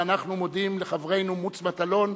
ואנחנו מודים לחברנו מוץ מטלון,